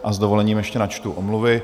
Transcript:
A s dovolením ještě načtu omluvy.